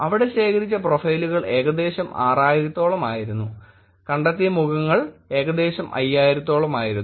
ഇവിടെ ശേഖരിച്ച പ്രൊഫൈലുകൾ ഏകദേശം 6000 ഓളം ആയിരുന്നു കണ്ടെത്തിയ മുഖങ്ങൾ ഏകദേശം 5000 ത്തോളം ആയിരുന്നു